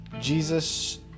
Jesus